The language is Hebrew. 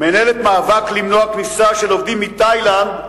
מנהלת מאבק למנוע כניסה של עובדים מתאילנד,